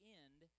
end